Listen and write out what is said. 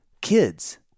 kids